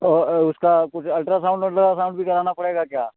तो उसका कुछ अल्ट्रासाउंड वोल्ट्रा साउंड भी करवाना पड़ेगा क्या